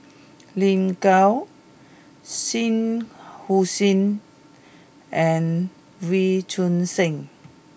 Lin Gao Shah Hussain and Wee Choon Seng